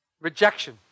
Rejection